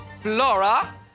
Flora